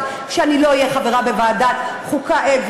בכך שאני לא אהיה חברה בוועדת העבודה,